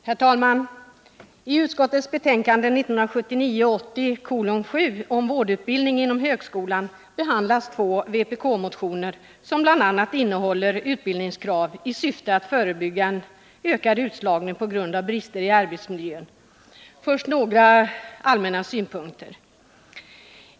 Herr talman! I utskottets betänkande 1979/80:7 om vårdutbildning inom högskolan behandlas två vpk-motioner, som bl.a. innehåller utbildningskrav i syfte att förebygga en ökad utslagning på grund av brister i arbetsmiljön. Först några allmänna synpunkter.